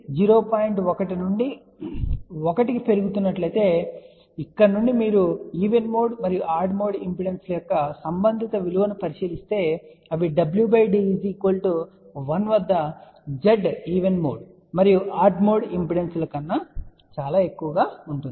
1 నుండి 1 కు పెరుగుతున్నట్లయితే అని చెప్పండి ఇక్కడ నుండి మీరు ఈవెన్ మోడ్ మరియు ఆడ్ మోడ్ ఇంపెడెన్స్ల యొక్క సంబంధిత విలువను పరిశీలిస్తే అవి wd 1 వద్ద Z ఈవెన్ మోడ్ మరియు ఆడ్ మోడ్ ఇంపెడెన్సుల కన్నా చాలా ఎక్కువగా ఉంటాయి